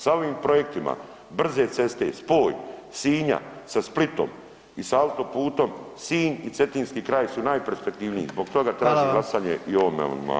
Sa ovim projektima brze ceste spoj Sinja sa Splitom i sa autoputom Sinj i Cetinski kraj su najperspektivniji zbog toga tražim glasanje i o ovome amandmanu.